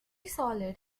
solid